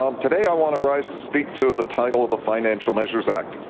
um today i want to rise to speak to the title of the financial measures act.